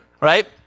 right